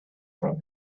from